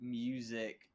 music